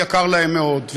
יקר להם מאוד.